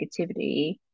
negativity